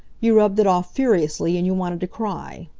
you rubbed it off, furiously, and you wanted to cry.